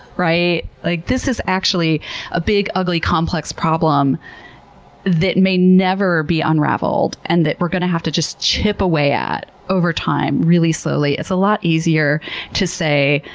like this is actually a big, ugly, complex problem that may never be unraveled, and that we're going to have to just chip away at over time, really slowly. it's a lot easier to say,